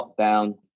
lockdown